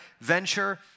venture